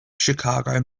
chicago